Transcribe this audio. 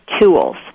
tools